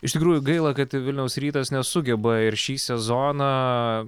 iš tikrųjų gaila kad vilniaus rytas nesugeba ir šį sezoną